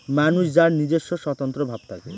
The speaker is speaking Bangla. মানুষ যার নিজস্ব স্বতন্ত্র ভাব থাকে